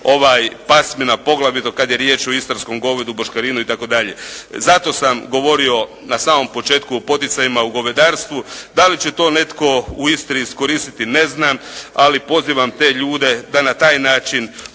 tih pasmina, poglavito kad je riječ o istarskom govedu boškarinu itd. Zato sam govorio na samom početku o poticajima u govedarstvu. Da li će to netko u Istri iskoristiti ne znam, ali pozivam te ljude da na taj način